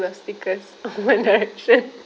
of stickers one direction